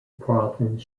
province